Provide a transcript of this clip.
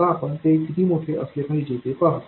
आता आपण ते किती मोठे असले पाहिजे ते पाहू